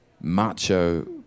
macho